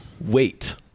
Wait